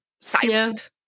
silent